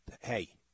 Hey